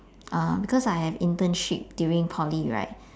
uh because I have internship during poly right